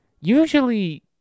Usually